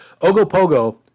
Ogopogo